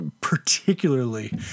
particularly